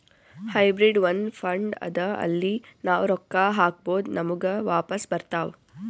hybrid ಒಂದ್ fund ಅದಾ ಅಲ್ಲಿ ನಾವ್ ರೊಕ್ಕಾ ಹಾಕ್ಬೋದ್ ನಮುಗ ವಾಪಸ್ ಬರ್ತಾವ್